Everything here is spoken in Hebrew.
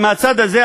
מהצד הזה,